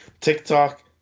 TikTok